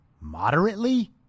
moderately